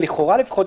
אבל לכאורה לפחות,